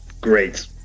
great